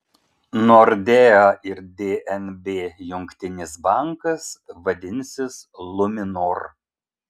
nordea ir dnb jungtinis bankas vadinsis luminor